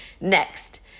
Next